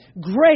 great